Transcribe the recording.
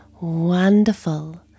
Wonderful